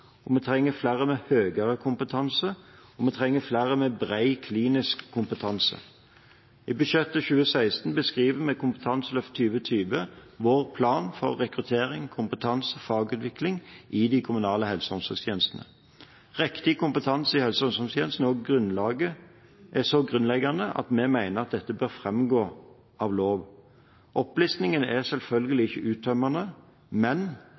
vi trenger flere med høyere kompetanse, og vi trenger flere med bred klinisk kompetanse. I budsjettet for 2016 beskriver vi Kompetanseløft 2020, vår plan for rekruttering, kompetanse og fagutvikling i de kommunale helse- og omsorgstjenestene. Riktig kompetanse i helse- og omsorgstjenestene er så grunnleggende at vi mener at dette bør framgå av lov. Opplistingen er selvfølgelig ikke uttømmende, men